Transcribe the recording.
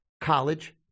college